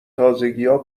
تازگیها